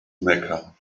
mecca